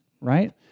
right